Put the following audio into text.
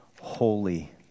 holy